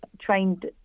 trained